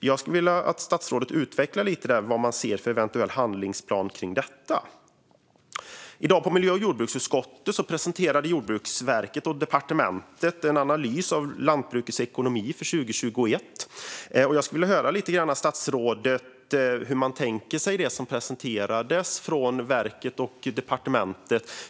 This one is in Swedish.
Jag skulle vilja att statsrådet utvecklar lite grann vad man har för eventuell handlingsplan för detta. I dag i miljö och jordbruksutskottet presenterade Jordbruksverket och departementet en analys av lantbrukets ekonomi för 2021. Jag skulle vilja höra lite grann från statsrådet om hur man tänker om det som presenterades av verket och departementet.